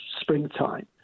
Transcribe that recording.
springtime